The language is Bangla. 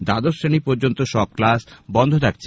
দ্বাদশ শ্রেণী পর্যন্ত সব ক্লাস বন্ধ থাকছে